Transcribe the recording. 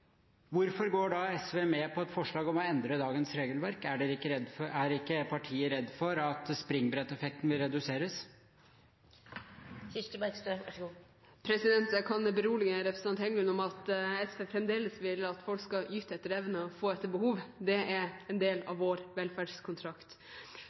Hvorfor går da SV med på et forslag om å endre dagens regelverk? Er ikke partiet redd for at springbretteffekten vil reduseres? Jeg kan berolige representanten Heggelund med at SV fremdeles vil at folk skal yte etter evne og få etter behov. Det er en del av vår velferdskontrakt.